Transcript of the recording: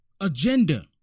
agenda